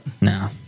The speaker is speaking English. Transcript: No